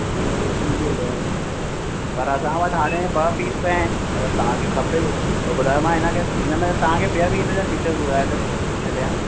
हिन में वेटिंग थी हले पर असां वटि हाणे ॿ पीस पिया आहिनि अगरि तव्हांखे खपे त ॿुधायो मां हिन खे हिन में तव्हांखे ॿिया बि इन जा फीचर्स ॿुधाए थो छॾियां